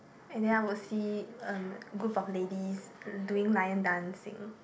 and then I will see um group of ladies doing lion dancing